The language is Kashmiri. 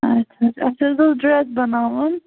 اَچھا اَسہِ حظ اوس ڈرٛیس بَناوُن